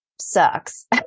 sucks